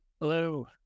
hello